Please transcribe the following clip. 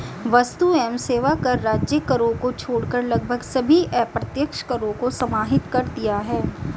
वस्तु एवं सेवा कर राज्य करों को छोड़कर लगभग सभी अप्रत्यक्ष करों को समाहित कर दिया है